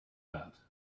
that